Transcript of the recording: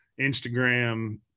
Instagram